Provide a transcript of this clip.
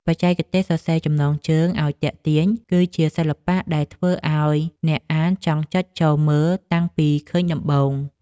បច្ចេកទេសសរសេរចំណងជើងឱ្យទាក់ទាញ គឺជាសិល្បៈដែលធ្វើឱ្យអ្នកអានចង់ចុចចូលមើលតាំងពីឃើញដំបូង។